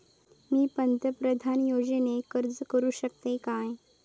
मी पंतप्रधान योजनेक अर्ज करू शकतय काय?